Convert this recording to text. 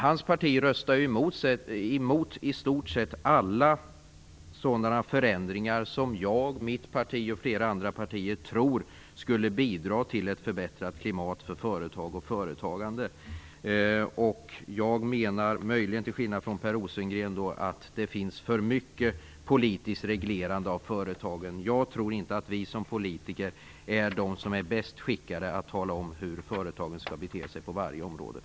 Hans parti röstar ju i stort sett emot alla sådana förändringar som jag, mitt parti och flera andra partier tror skulle bidra till ett förbättrat klimat för företag och företagande. Jag menar, möjligen till skillnad från Per Rosengren, att det finns för mycket politiskt reglerande av företagen. Jag tror inte att vi som politiker är bäst skickade att tala om hur företagen skall bete sig på varje område.